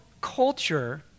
culture